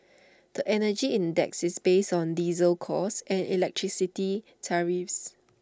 the Energy Index is based on diesel costs and electricity tariffs